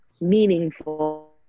meaningful